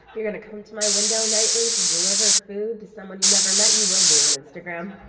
you're going to come to my window nightly to deliver food to someone you've never met, you will be on instagram